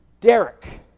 Derek